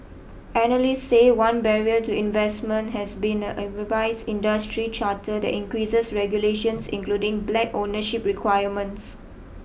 analysts say one barrier to investment has been a revised industry charter that increases regulations including black ownership requirements